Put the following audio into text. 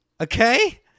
okay